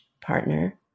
partner